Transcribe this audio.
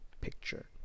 picture